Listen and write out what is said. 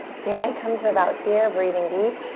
so you might come to about here, breathing deep.